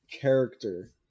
character